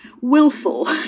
willful